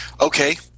Okay